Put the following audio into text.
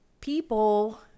people